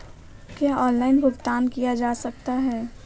क्या ऑनलाइन भुगतान किया जा सकता है?